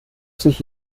sich